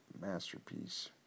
masterpiece